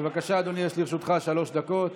בבקשה, אדוני, יש לרשותך שלוש דקות.